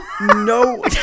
no